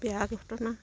বেয়া ঘটনা